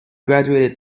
graduated